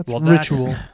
ritual